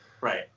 Right